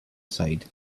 side